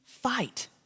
fight